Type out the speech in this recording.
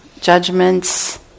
judgments